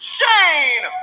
Shane